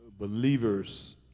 believers